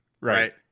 Right